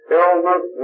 illness